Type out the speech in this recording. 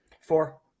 Four